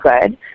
good